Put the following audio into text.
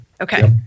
Okay